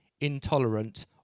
intolerant